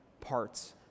parts